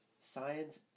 science